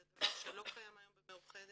זה דבר שלא קיים היום במאוחדת,